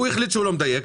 הוא החליט שהוא לא מדייק,